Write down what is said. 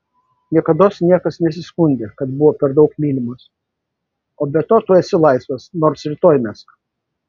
niekados niekas nesiskundė kad buvo per daug mylimas o be to tu esi laisvas nors rytoj mesk